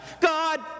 God